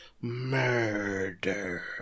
murder